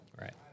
Right